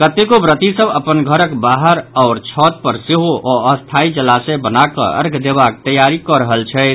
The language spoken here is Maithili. कतेको व्रति सभ अपन घरक बाहर आओर छत पर सेहो अस्थायी जलाशय बनाकऽ अर्ध्य देवाक तैयारी कऽ रहल छथि